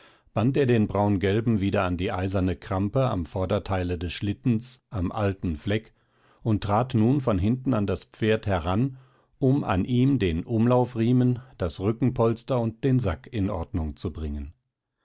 band er den braungelben wieder an die eiserne krampe am vorderteile des schlittens am alten fleck und trat nun von hinten an das pferd heran um an ihm den umlaufriemen das rückenpolster und den sack in ordnung zu bringen